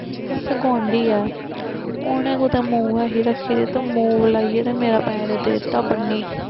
उत्थे गोआंडी ऐ उनें कुते मूव ऐ ही रक्खी दी ते मूव लाइये ते मेरा पैर दित्ता बन्नी